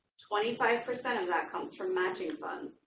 twenty five percent of that comes from matching funds.